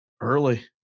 early